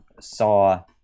saw